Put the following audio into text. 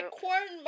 corn